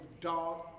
dog